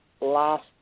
last